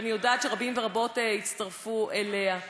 ואני יודעת שרבים ורבות יצטרפו אליה.